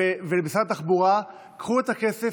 ומשרד התחבורה: קחו את הכסף,